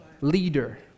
leader